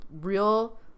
real